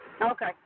Okay